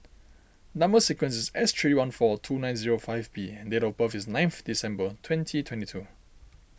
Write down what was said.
Number Sequence is S three one four two nine zero five B and date of birth is nine of December twenty twenty two